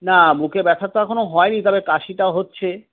না বুকে ব্যাথা তো এখনও হয়নি তাহলে কাশিটা হচ্ছে